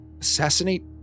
assassinate